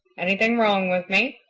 anything wrong with me?